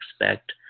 expect